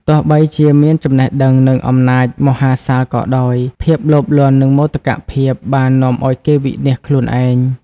ទោះបីជាមានចំណេះដឹង និងអំណាចមហាសាលក៏ដោយ ភាពលោភលន់ និងមោទកភាពបាននាំឱ្យគេវិនាសខ្លួនឯង ។